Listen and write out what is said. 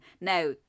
now